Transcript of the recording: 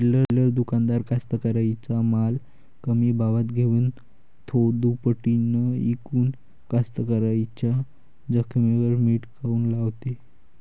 चिल्लर दुकानदार कास्तकाराइच्या माल कमी भावात घेऊन थो दुपटीनं इकून कास्तकाराइच्या जखमेवर मीठ काऊन लावते?